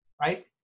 right